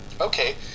okay